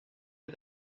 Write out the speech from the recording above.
est